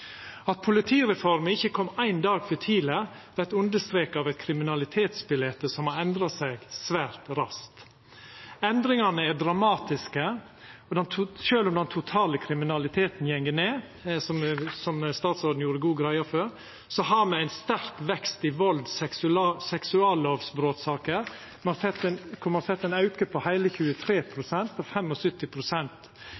At politireforma ikkje kom ein dag for tidleg, vert understreka av eit kriminalitetsbilete som har endra seg svært raskt. Endringane er dramatiske. Sjølv om den totale kriminaliteten går ned, som statsråden gjorde godt greie for, har me ein sterk vekst i saker som gjeld vald og seksuallovbrot, der me har sett ein auke på heile 23